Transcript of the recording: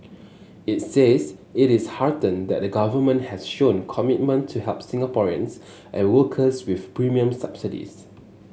it says it is heartened that the Government has shown commitment to help Singaporeans and workers with premium subsidies